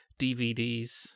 DVDs